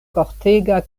kortega